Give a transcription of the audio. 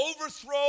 overthrow